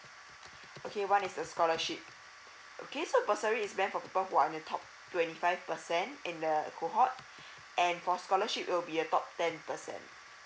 okay one is the scholarship okay so bursary is meant for people who are in the top twenty five percent in the cohort and for scholarship will be a top ten percent